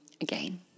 again